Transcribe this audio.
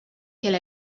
kill